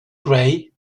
grey